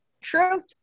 truth